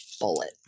bullet